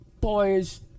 boys